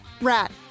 Rat